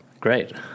Great